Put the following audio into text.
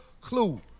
clue